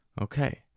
Okay